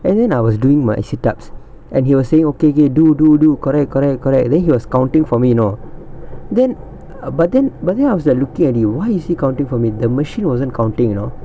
and then I was doing my sit ups and he was saying okay okay do do do correct correct correct then he was counting for me you know then but then but then I was like looking at him why is he counting for me the machine wasn't counting you know